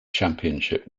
championship